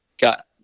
got